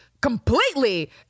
Completely